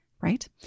Right